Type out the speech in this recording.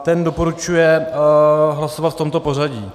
Ten doporučuje hlasovat v tomto pořadí: